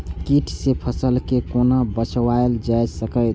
कीट से फसल के कोना बचावल जाय सकैछ?